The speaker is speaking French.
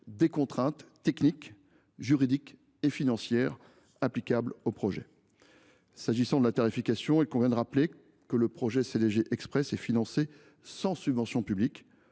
des contraintes techniques, juridiques et financières applicables au projet. En ce qui concerne la tarification, il convient de rappeler que le projet CDG Express est financé sans subvention publique,